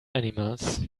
animals